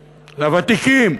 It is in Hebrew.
לוותיקים.